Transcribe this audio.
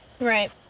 Right